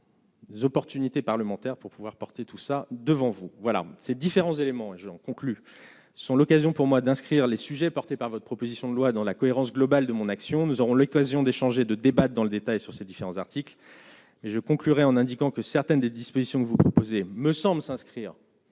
Opportunités parlementaire pour pouvoir porter tout cela devant vous voilà ces différents éléments, j'en conclus sont l'occasion pour moi d'inscrire les sujets portée par votre proposition de loi dans la cohérence globale de mon action, nous aurons l'occasion d'échanger, de débats dans le détail sur ces différents articles mais je conclurai en indiquant que certaines des dispositions que vous proposez me semble s'inscrire.